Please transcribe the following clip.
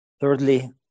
Thirdly